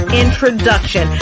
introduction